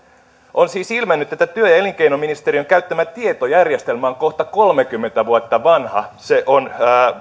on siis ilmennyt että työ ja elinkeinoministeriön käyttämä tietojärjestelmä on kohta kolmekymmentä vuotta vanha se on